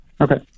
Okay